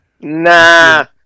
Nah